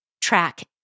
track